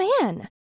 man